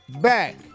back